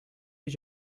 you